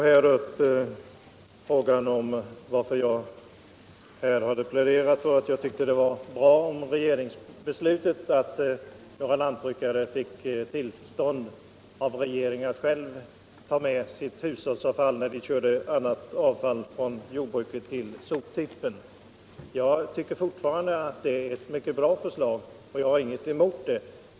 Herr talman! Herr Wictorsson frågade varför jag ansåg det vara bra att några lantbrukare fått tillstånd av regeringen att själva ta med sitt hushållsavfall när de körde annat avfall från jordbruket till soptippen. Jag tycker fortfarande att det var ett mycket bra beslut. Jag har ingenting emot det.